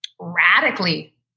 radically